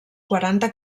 quaranta